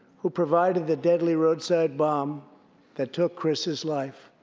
who provided the deadly roadside bomb that took chris's life.